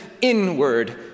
inward